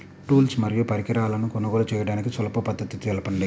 Tools మరియు పరికరాలను కొనుగోలు చేయడానికి సులభ పద్దతి తెలపండి?